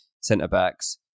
centre-backs